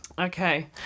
okay